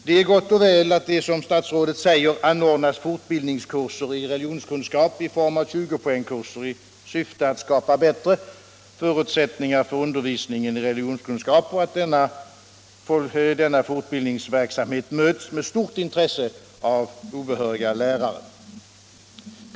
Det är gott och väl att det, som statsrådet säger, anordnas fortbildningskurser i religionskunskap i form av 20-poängskurser i syfte att skapa bättre förutsättningar för undervisningen i religionskunskap och att denna fortbildningsverksamhet möts med stort intresse av obehöriga lärare.